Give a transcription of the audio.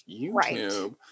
YouTube